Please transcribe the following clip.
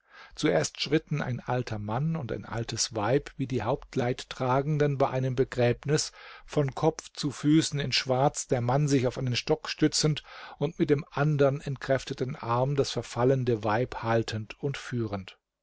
zuerst schritten ein alter mann und ein altes weib wie die hauptleidtragenden bei einem begräbnis von kopf zu füßen in schwarz der mann sich auf einen stock stützend und mit dem andern entkräfteten arm das verfallende weib haltend und führend